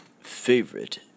favorite